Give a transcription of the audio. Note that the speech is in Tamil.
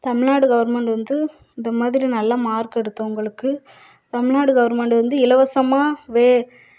தமிழ்நாடு கவர்மெண்டு வந்து இந்த மாதிரி நல்ல மார்க் எடுத்தவங்களுக்கு தமிழ்நாடு கவர்மெண்டு வந்து இலவசமாக வே